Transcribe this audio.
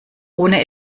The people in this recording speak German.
ohne